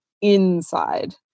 inside